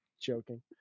Joking